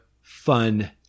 fun